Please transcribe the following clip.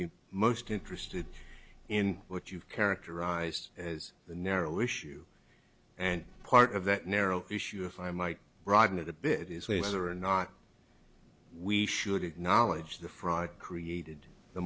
be most interested in what you characterized as the narrow issue and part of that narrow issue if i might broaden it a bit is ways or not we should acknowledge the fraud created the